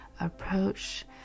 approach